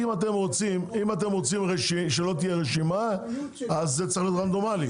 אם אתם רוצים שלא תהיה רשימה זה צריך להיות רנדומלי,